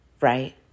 Right